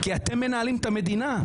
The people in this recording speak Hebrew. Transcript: יעביר עובד הציבור למבקר המדינה,